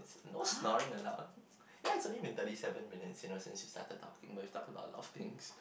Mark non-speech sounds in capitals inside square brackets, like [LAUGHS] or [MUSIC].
no snoring allowed [LAUGHS] ya it's been thirty seven minutes you know since we started talking but we talking about a lot of things